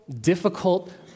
difficult